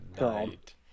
night